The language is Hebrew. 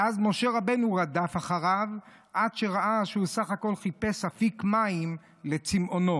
ואז משה רבנו רדף אחריו עד שראה שהוא בסך הכול חיפש אפיק מים לצימאונו.